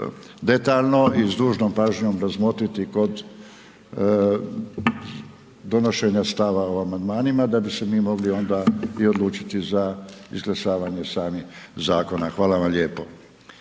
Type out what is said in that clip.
detaljno i s dužnom pažnjom razmotriti kod donošenja stava o amandmanima, da bi se mi mogli onda i odlučiti za izglasavanje samih zakona. Hvala vam lijepo.